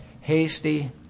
hasty